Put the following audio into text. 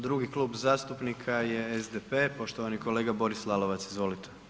Drugi klub zastupnika je SDP, poštovani kolega Boris Lalovac, izvolite.